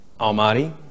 Almighty